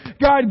God